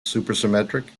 supersymmetric